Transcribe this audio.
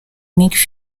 nick